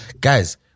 Guys